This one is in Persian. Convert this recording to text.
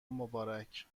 مبارک